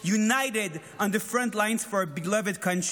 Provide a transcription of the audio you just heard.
united on the front lines for our beloved country.